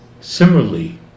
Similarly